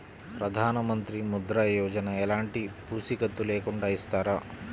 ప్రధానమంత్రి ముద్ర యోజన ఎలాంటి పూసికత్తు లేకుండా ఇస్తారా?